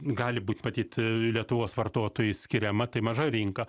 gali būt patit lietuvos vartotojui skiriama tai maža rinka